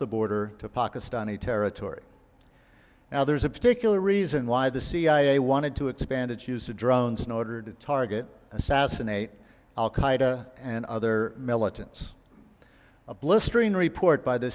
the border to pakistani territory now there's a particular reason why the cia wanted to expand its use of drones in order to target assassinate al qaeda and other militants a blistering report by the